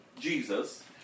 jesus